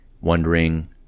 wondering